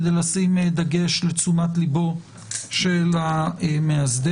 כדי לשים דגש לתשומת ליבו של המאסדר.